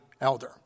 elder